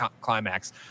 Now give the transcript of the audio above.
climax